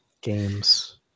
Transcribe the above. games